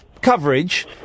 coverage